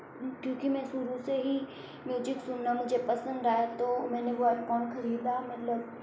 क्योंकि मैं शुरु से ही म्यूज़िक सुनना मुझे पसंद रहा है तो मैंने वो हेडफ़ोन खरीदा मतलब